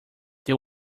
they